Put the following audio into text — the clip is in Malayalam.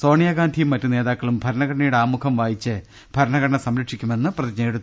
സോണിയാഗാന്ധിയും മറ്റ് നേതാക്കളും ഭരണഘടനയുടെ ആമുഖം വായിച്ച് ഭരണഘട്ടനംസംരക്ഷിക്കുമെന്ന് പ്രതി ജ്ഞയെടുത്തു